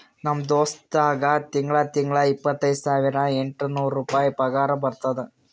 ನಮ್ ದೋಸ್ತ್ಗಾ ತಿಂಗಳಾ ತಿಂಗಳಾ ಇಪ್ಪತೈದ ಸಾವಿರದ ಎಂಟ ನೂರ್ ರುಪಾಯಿ ಪಗಾರ ಬರ್ತುದ್